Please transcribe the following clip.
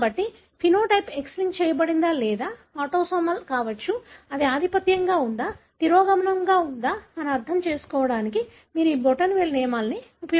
కాబట్టి phenotype X link చేయబడిందా లేదా ఆటోసోమల్ కావచ్చు అది ఆధిపత్యంగా ఉందా తిరోగమనం గా ఉందా అని అర్థం చేసుకోవడానికి మీరు ఈ బొటనవేలు నియమాలను ఉపయోగిస్తారు